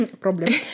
problem